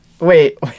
Wait